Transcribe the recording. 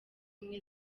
ubumwe